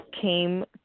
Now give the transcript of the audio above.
came